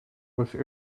was